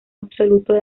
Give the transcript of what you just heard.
absoluto